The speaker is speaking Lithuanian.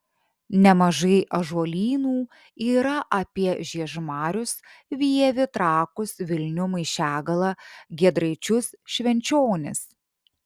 nemažai ąžuolynų yra apie žiežmarius vievį trakus vilnių maišiagalą giedraičius švenčionis